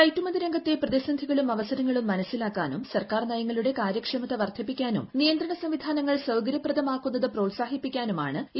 കയറ്റുമതി രംഗത്തെ പ്രിയ്തിസ്ന്ധികളും അവസരങ്ങളും മനസ്സിലാക്കാനൂക്ട് സ്ർക്കാർ നയങ്ങളുടെ കാര്യക്ഷമത വർധിപ്പിക്കാനും നിയ്ത്രണ സംവിധാനങ്ങൾ സൌകര്യപ്രദമാക്കുന്നത് പ്രോത്സാഹിപ്പിക്കാനും ആണ് ഇ